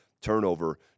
turnover